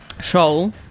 show